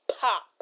pop